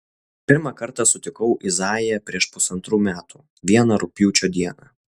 pirmą kartą sutikau izaiją prieš pusantrų metų vieną rugpjūčio dieną